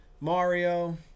Mario